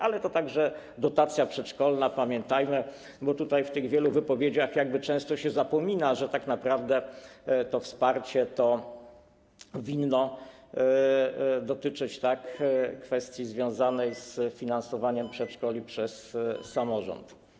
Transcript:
Ale to także dotacja przedszkolna, pamiętajmy, bo tutaj w tych wielu wypowiedziach często się zapomina, że tak naprawdę to wsparcie winno dotyczyć kwestii związanej z finansowaniem przedszkoli przez samorząd.